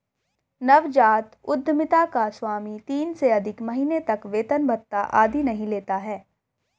नवजात उधमिता का स्वामी तीन से अधिक महीने तक वेतन भत्ता आदि नहीं लेता है